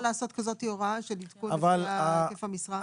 לא לעשות כזאת הוראה של עדכון רכיב המשרה?